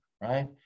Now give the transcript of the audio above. right